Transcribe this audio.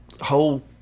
whole